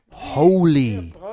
Holy